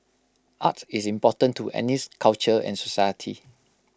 art is important to anything culture and society